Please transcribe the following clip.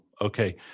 Okay